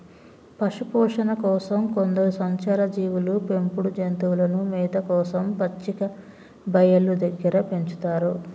పశుపోషణ కోసం కొందరు సంచార జీవులు పెంపుడు జంతువులను మేత కోసం పచ్చిక బయళ్ళు దగ్గర పెంచుతారు